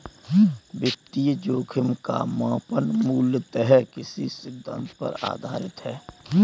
वित्तीय जोखिम का मापन मूलतः किस सिद्धांत पर आधारित है?